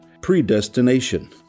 predestination